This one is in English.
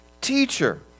teacher